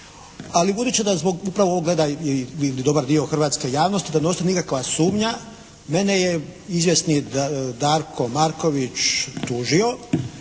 Ali budući da zbog upravo ovo gleda i dobar dio hrvatske javnosti, da ne ostane nikakva sumnja. Mene je izvjesni Darko Marković tužio